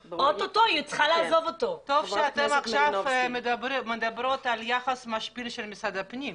טוב שאתן מדברות על יחס משפיל של משרד הפנים.